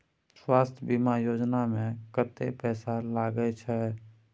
स्वास्थ बीमा योजना में कत्ते पैसा लगय छै?